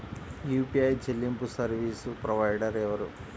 UPI చెల్లింపు service provider ఎవరు?